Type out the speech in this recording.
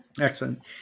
Excellent